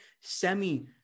semi